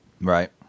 Right